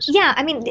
yeah. i mean,